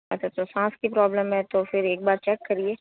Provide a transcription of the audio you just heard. अच्छा तो सांस की प्रॉब्लम है तो फिर एक बार चेक करिए